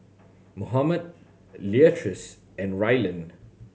Mohammad Leatrice and Rylan